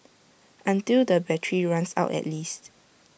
until the battery runs out at least